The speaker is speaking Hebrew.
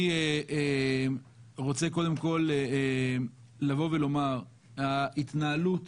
אני רוצה קודם כל לבוא ולומר, ההתנהלות